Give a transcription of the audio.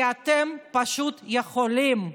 כי אתם פשוט יכולים,